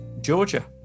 Georgia